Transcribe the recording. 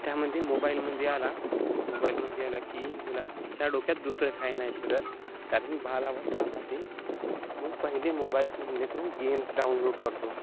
त्यामध्ये मोबाईलमध्ये आला मोबाईलमध्ये आला की मुलांच्या डोक्यात दुसरं काही नाही शिरत कारण बालावस्था राहते मग पहिले मोबाईल्स म्हटले तो गेम्स डाउनलोड करतो